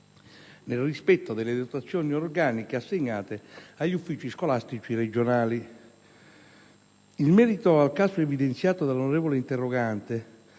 nel rispetto delle dotazioni organiche assegnate agli uffici scolastici regionali. In merito al caso evidenziato dall'onorevole interrogante,